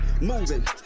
Moving